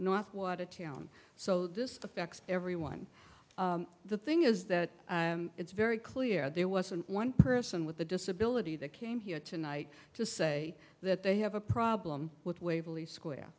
north watertown so this affects everyone the thing is that it's very clear there wasn't one person with a disability that came here tonight to say that they have a problem with waverly square